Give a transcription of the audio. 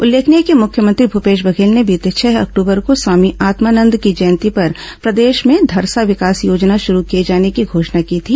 उल्लेखनीय है कि मुख्यमंत्री भूपेश बघेल ने बीते छह अक्टूबर को स्वामी आत्मानंद की जयंती पर प्रदेश में धरसा विकास योजना शुरू किए जाने की घोषणा की थी